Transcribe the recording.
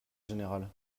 général